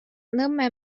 nõmme